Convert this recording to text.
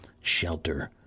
shelter